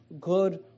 good